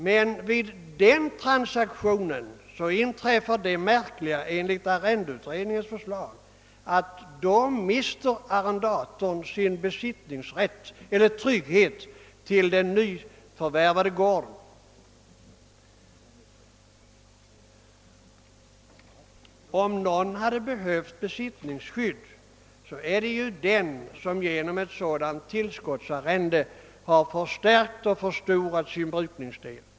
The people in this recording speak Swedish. Men vid den transaktionen inträffar det märkliga enligt arrendelagsutredningens förslag att arrendatorn mister sin besittningsrätt eller trygghet till den nyförvärvade gården. Om någon har behov av besittningsskydd så är det ju den som genom ett sådant tillskottsarrende har förstärkt och förstorat sin brukningsdel.